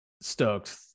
stoked